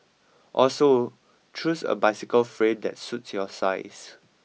also choose a bicycle frame that suits your size